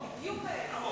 בדיוק ההיפך.